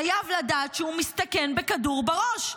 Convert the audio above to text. חייב לדעת שהוא מסתכן בכדור בראש,